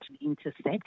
intersect